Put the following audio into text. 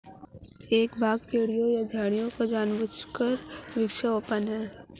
एक बाग पेड़ों या झाड़ियों का एक जानबूझकर वृक्षारोपण है